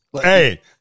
Hey